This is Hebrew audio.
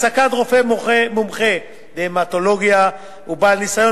העסקת רופא מומחה בהמטולוגיה ובעל ניסיון